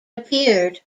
appeared